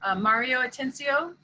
ah mario atencio,